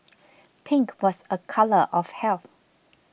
pink was a colour of health